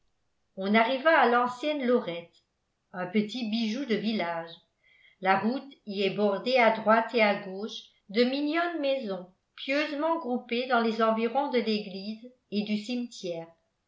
on arriva à lancienne lorette un petit bijou de village la route y est bordée à droite et à gauche de mignonnes maisons pieusement groupées dans les environs de l'église et du cimetière